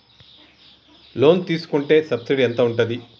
Loan తీసుకుంటే subsidy ఎంత ఉంటది?